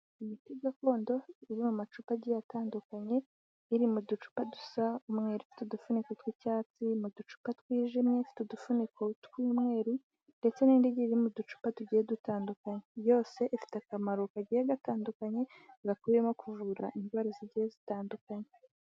Imiti gakondo iri mu macupa agiye atandukanye, iri mu ducupa dusa umweru ifite udufuniko tw'icyatsi, mu ducupa twijimye ifite udufuniko tw'umweru, ndetse n'indi igiye iri mu ducupa tugiye dutandukanye, yose ifite akamaro kagiye gatandukanye, gakubiyemo kuvura indwara zigiye zitandukanye.